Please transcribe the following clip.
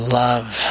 love